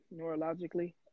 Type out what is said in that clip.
neurologically